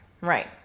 Right